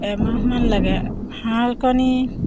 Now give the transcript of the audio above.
এমাহমান লাগে হাঁহ কণী